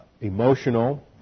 emotional